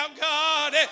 God